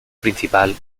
principal